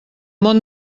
món